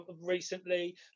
recently